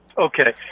Okay